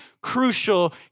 crucial